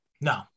No